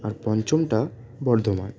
আর পঞ্চমটা বর্ধমান